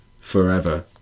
forever